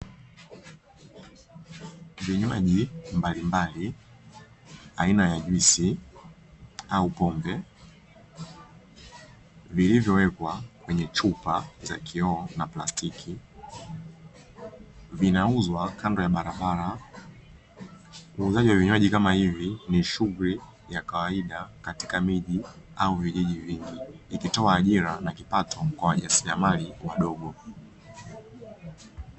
vinywaji mbalimbali, aina ya juisi au pombe, vilivyowekwa kwenye chupa za kioo na plastiki. Vinauzwa kando ya barabara. Uuzaji wa vinywaji kama hivi ni shughuli ya kawaida katika miji au vijiji vingi, ikitoa ajira na kipato kwa wajasiriamali wadogo.